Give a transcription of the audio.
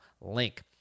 link